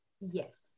Yes